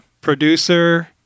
producer